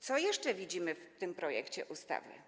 Co jeszcze widzimy w tym projekcie ustawy?